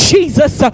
Jesus